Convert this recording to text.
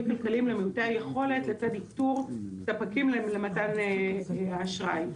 כלכליים למעוטי יכולת לצד איתור ספקים למתן האשראי.